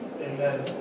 Amen